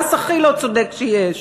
המס הכי לא צודק שיש,